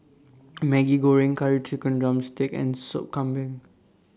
Maggi Goreng Curry Chicken Drumstick and Sup Kambing